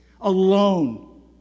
alone